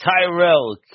Tyrell